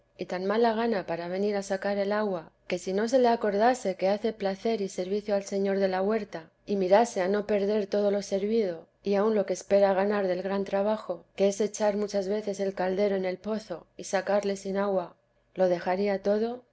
y tan mala gana para venir a sacar el agua que si no se le acordase que hace placer y servicio al señor de la huerta y mirase a no perder todo lo servido y aun lo que espera ganar del gran trabajo que es echar muchas veces el caldero en el pozo y sacarle sin agua lo dejaría todo